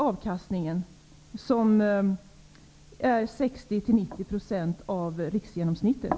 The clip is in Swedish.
Avkastningen uppgår till 60--90 % av riksgenomsnittet.